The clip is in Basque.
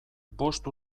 bost